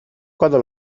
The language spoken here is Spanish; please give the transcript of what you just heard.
cuando